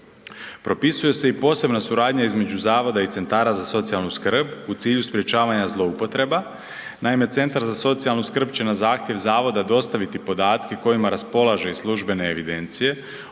Propisuju se i posebna suradnja između zavoda i centara za socijalnu skrb u cilju sprečavanja zloupotreba. Naime, centar za socijalnu skrb će na zahtjev zavoda dostaviti podatke kojima raspolaže iz službene evidencije